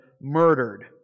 murdered